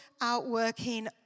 outworking